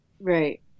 right